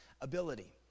ability